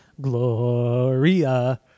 gloria